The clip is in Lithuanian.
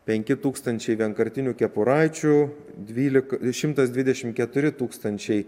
penki tūkstančiai vienkartinių kepuraičių dvylika šimtas dvidešimt keturi tūkstančiai